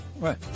Right